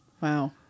Wow